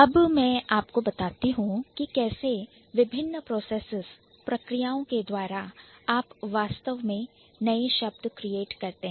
अब मैं आपको बताती हूं कि कैसे विभिन्न processes प्रक्रियाओं के द्वारा आप वास्तव में नए शब्द create बनाते करते हैं